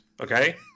okay